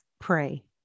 pray